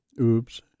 oops